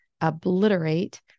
obliterate